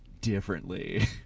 differently